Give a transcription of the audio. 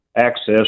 access